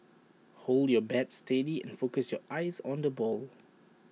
hold your bat steady and focus your eyes on the ball